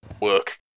work